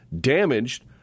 damaged